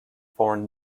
foreign